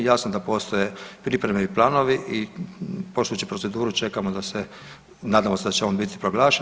Jasno da postoje pripreme i planovi i poštujući proceduru čekamo da se, nadamo se da će on biti proglašen.